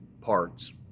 parts